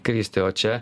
kristi o čia